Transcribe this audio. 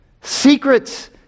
Secrets